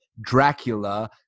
Dracula